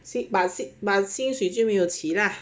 sick but sick but 薪水就没有起啦